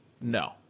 No